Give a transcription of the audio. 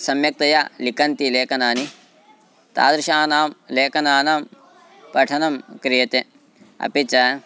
सम्यक्तया लिखन्ती लेखनानि तादृशानां लेखनानां पठनं क्रियते अपि च